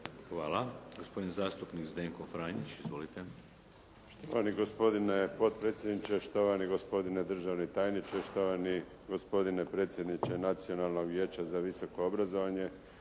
Hvala. Gospodin zastupnik Zdenko Franjić. Izvolite. **Franić, Zdenko (SDP)** Štovani gospodine potpredsjedniče, štovani gospodine državni tajniče, štovani gospodine Nacionalnog vijeća za visoko obrazovanje,